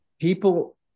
People